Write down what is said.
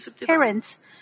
parents